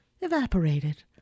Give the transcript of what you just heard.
evaporated